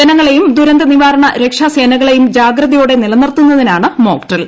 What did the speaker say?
ജനങ്ങളെയും ദുരന്ത നിവാരണ രക്ഷാസേനകളെയും ജാഗ്രതയോടെ നിലനിർത്തുന്നതിനാണ് മോക്ഡ്രിൽ